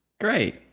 Great